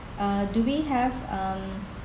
uh do we have um